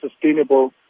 sustainable